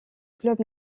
club